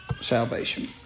salvation